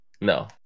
No